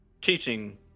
teaching